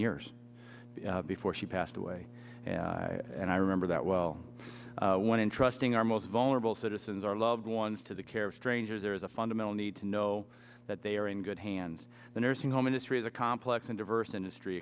years before she passed away and i remember that well when entrusting our most vulnerable citizens our loved ones to the care of strangers there is a fundamental need to know that they are in good hands the nursing home industry is a complex and diverse industry